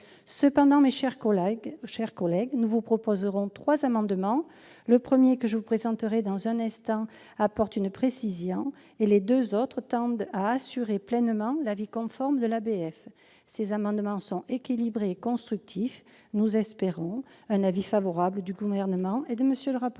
Cependant, mes chers collègues, nous vous proposerons trois amendements. Le premier, que je présenterai dans un instant, vise à apporter une précision, et les deux autres tendent à garantir pleinement l'avis conforme de l'ABF. Ces amendements étant équilibrés et constructifs, nous espérons un avis favorable du Gouvernement et de la